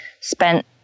spent